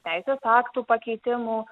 teisės aktų pakeitimų